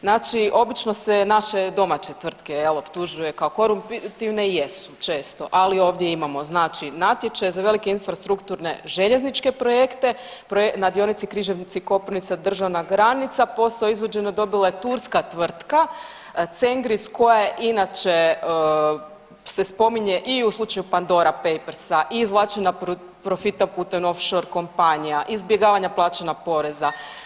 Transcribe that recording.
Znači obično se naše domaće tvrtke jel optužuje kao koruptivne i jesu često, ali ovdje imamo znači natječaj za velike infrastrukturne željezničke projekte na dionici Križevci-Koprivnica-državna granica, posao izvođenja dobila je turska tvrtka Cengriz koja je inače se spominje i u slučaju Pandora Papersa i izvlačenja profita putem offshore kompanija, izbjegavanja plaćanja poreza.